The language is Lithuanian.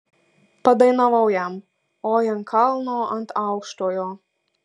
padainavau jam oi ant kalno ant aukštojo